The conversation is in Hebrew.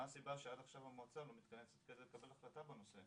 מה הסיבה שעד עכשיו המועצה לא מתכנסת על מנת לקבל החלטה בנושא?